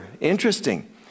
interesting